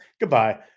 Goodbye